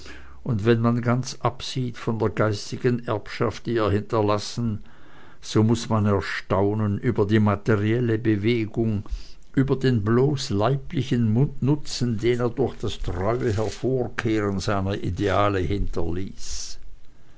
und wenn man ganz absieht von der geistigen erbschaft die er hinterlassen so muß man erstaunen über die materielle bewegung über den bloß leiblichen nutzen den er durch das treue hervorkehren seiner ideale hinterließ